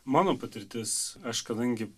mano patirtis aš kadangi